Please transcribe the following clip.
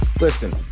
Listen